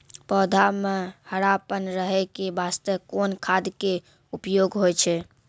पौधा म हरापन रहै के बास्ते कोन खाद के उपयोग होय छै?